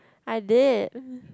I did